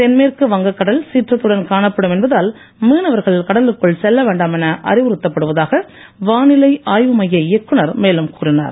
தென்மேற்கு வங்க கடல் சீற்றத்துடன் காணப்படும் என்பதால் மீனவர்கள் கடலுக்குள் செல்ல வேண்டாம் என அறிவுறுத்தப்படுவதாக வானிலை ஆய்வு மைய இயக்குநர் மேலும் கூறினார்